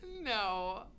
No